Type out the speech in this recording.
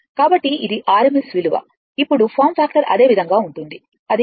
కాబట్టి ఇది RMS విలువ ఇప్పుడు ఫార్మ్ ఫ్యాక్టర్ అదే విధంగా ఉంటుంది అది 1